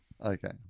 Okay